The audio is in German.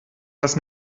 das